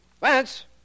Vance